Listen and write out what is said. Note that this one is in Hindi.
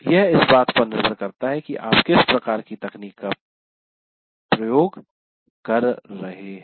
यह इस बात पर निर्भर करता है कि आप किस प्रकार की तकनीक का उपयोग कर रहे हैं